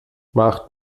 macht